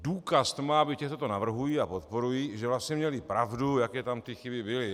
důkaz to má být těch, co to navrhují a podporují, že vlastně měli pravdu, jaké tam ty chyby byly.